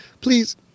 please